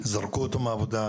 זרקו אותו מהעבודה,